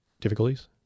difficulties